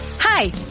Hi